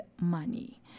money